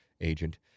agent